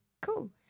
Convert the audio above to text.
cool